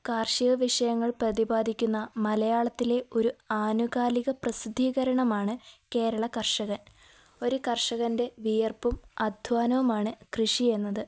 കാർഷിക വിഷയങ്ങൾ പ്രതിപാദിക്കുന്ന മലയാളത്തിലെ ഒരു ആനുകാലിക പ്രസിദ്ധീകരണമാണ് കേരള കർഷകൻ ഒരു കർഷകൻ്റെ വീയർപ്പും അദ്ധ്വാനവുമാണ് കൃഷി എന്നത്